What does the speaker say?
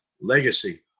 Legacy